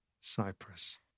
Cyprus